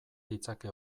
ditzake